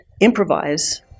improvise